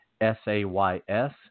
S-A-Y-S